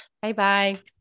Bye-bye